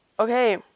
okay